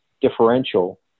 differential